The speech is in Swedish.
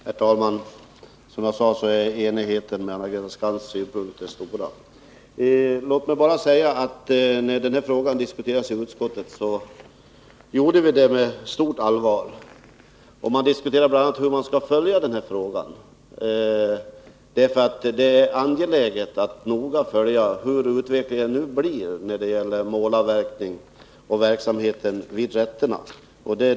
Herr talman! Som jag sade är enigheten mellan Anna-Greta Skantz och mig stor. När denna fråga diskuterades i utskottet skedde det med stort allvar. Vi diskuterade bl.a. hur vi bör följa denna fråga. Det är angeläget att man noga följer hur utvecklingen blir när det gäller målavverkning och verksamheten vid rätterna.